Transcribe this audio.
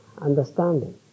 understanding